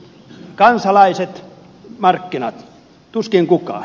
kansalaiset markkinat tuskin kukaan